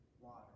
water